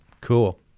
Cool